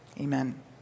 amen